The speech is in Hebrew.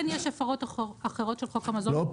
כן יש הפרות אחרות של חוק המזון.